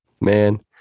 man